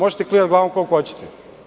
Možete da klimate glavom koliko hoćete.